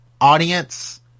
audience